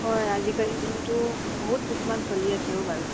হয় আজিকালি যিহেতু বহুত কিছুমান চলি আছেও বাৰু